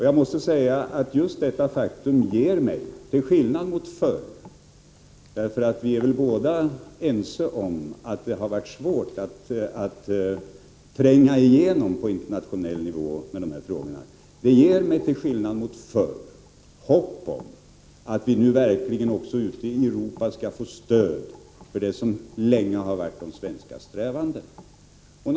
Jag måste säga att just detta faktum ger mig, till skillnad mot förr, hopp om att vi nu verkligen ute i Europa skall få stöd för det som länge har varit de svenska strävandena. Vi är ju båda ense om att det har varit svårt att tränga igenom på internationell nivå när det gäller dessa frågor.